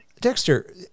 Dexter